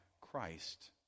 Christ